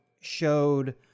showed